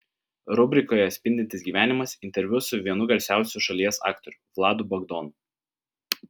rubrikoje spindintis gyvenimas interviu su vienu garsiausių šalies aktorių vladu bagdonu